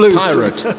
pirate